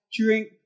drink